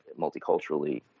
multiculturally